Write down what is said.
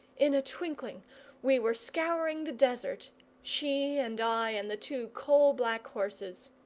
in a twinkling we were scouring the desert she and i and the two coal-black horses.